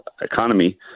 economy